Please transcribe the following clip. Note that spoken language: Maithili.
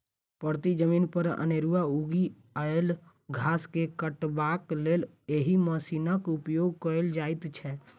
परती जमीन पर अनेरूआ उगि आयल घास के काटबाक लेल एहि मशीनक उपयोग कयल जाइत छै